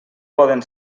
poden